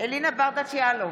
אלינה ברדץ' יאלוב,